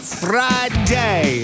friday